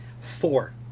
Four